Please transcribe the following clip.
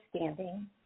understanding